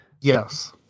Yes